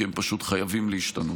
כי הם פשוט חייבים להשתנות.